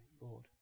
Lord